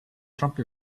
trumpi